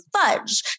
fudge